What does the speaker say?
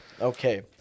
Okay